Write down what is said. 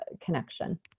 connection